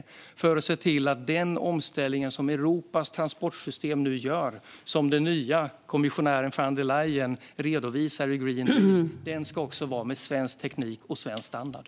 Det är för att se till att den omställning som Europas transportsystem nu gör, som den nya kommissionären von der Leyen redovisar i Green Deal, också ska göras med svensk teknik och svensk standard.